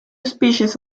species